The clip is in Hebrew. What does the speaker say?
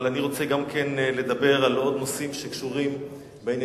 אבל אני רוצה לדבר על עוד נושאים שקשורים בעניינים